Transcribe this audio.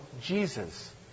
Jesus